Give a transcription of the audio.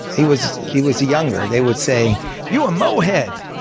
he was he was younger. they would say you a mohead.